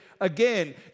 again